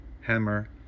Hammer